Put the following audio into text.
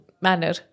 manner